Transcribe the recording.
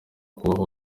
kubaho